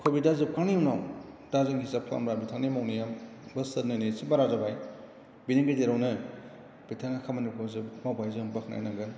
कबिदआ जोबखांनाय उनाव दा जों हिसाब खालामबा बिथांनि मावनायआव बोसोरनैनि एसे बारा जाबाय बेनि गेजेरावनो बिथाङा खामानिफोरखौ जोब मावबाय जों बाख्नायनांगोन